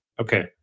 Okay